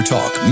Talk